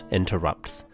interrupts